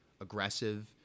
aggressive